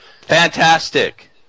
fantastic